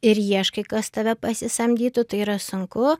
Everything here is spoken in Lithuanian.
ir ieškai kas tave pasisamdytų tai yra sunku